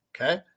Okay